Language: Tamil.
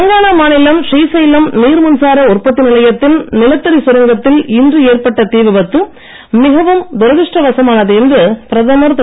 தெலுங்கானா மாநிலம் ஸ்ரீசைலம் நீர் மின்சார உற்பத்தி நிலையத்தின் நிலத்தடி சுரங்கத்தில் இன்று ஏற்பட்ட தீவிபத்து மிகவும் துரதிஷ்டவசமானது என்று பிரதமர் திரு